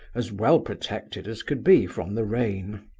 as well protected as could be from the rain.